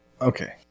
Okay